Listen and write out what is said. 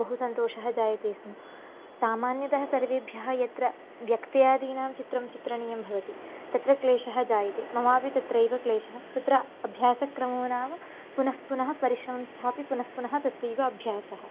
बहु सन्तोषः जायते स्म सामान्यतः सर्वेभ्यः यत्र व्यक्त्यादीनां चित्रं चित्रणीयं भवति तत्र क्लेशः जायते ममापि तत्रैव क्लेशः तत्र अभ्यासः क्रमो नाम पुनःपुनः परिश्रमं स्थाप्य पुनःपुनः तस्यैव अभ्यासः इति